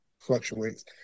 fluctuates